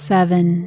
Seven